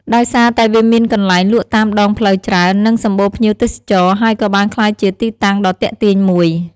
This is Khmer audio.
ដោយសារតែវាមានកន្លែងលក់តាមដងផ្លូវច្រើន និងសម្បូរភ្ញៀវទេសចរណ៍ ហើយក៏បានក្លាយជាទីតាំងដ៏ទាក់ទាញមួយ។